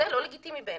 זה לא לגיטימי בעיניי.